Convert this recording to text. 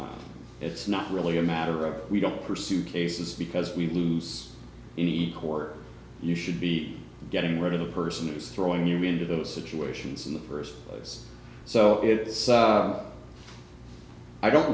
it it's not really a matter of we don't pursue cases because we lose in the court you should be getting rid of the person who's throwing you into those situations in the first place so it's i don't